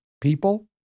people